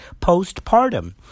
postpartum